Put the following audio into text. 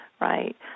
Right